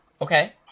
Okay